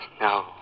No